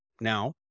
now